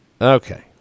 Okay